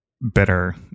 better